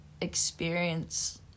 experience